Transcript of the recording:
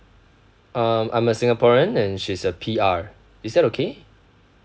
um I'm a singaporean and she's a P_R is that okay